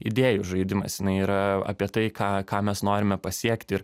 idėjų žaidimas jinai yra apie tai ką ką mes norime pasiekti